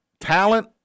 talent